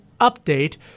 update